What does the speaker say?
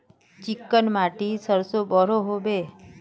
Chicken माटित सरसों बढ़ो होबे?